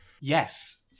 Yes